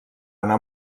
anar